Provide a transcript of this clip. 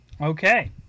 Okay